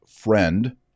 friend